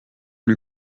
lui